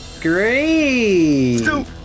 Great